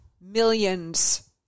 Millions